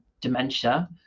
dementia